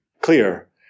clear